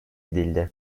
edildi